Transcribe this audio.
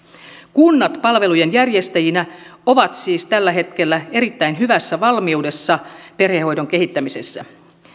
kunnat palvelujen järjestäjinä ovat siis tällä hetkellä erittäin hyvässä valmiudessa perhehoidon kehittämisessä